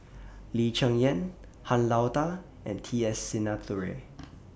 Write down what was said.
Lee Cheng Yan Han Lao DA and T S Sinnathuray